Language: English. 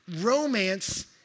romance